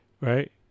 right